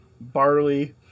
Barley